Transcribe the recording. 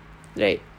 like